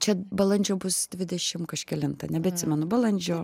čia balandžio bus dvidešimt kažkelintą nebeatsimenu balandžio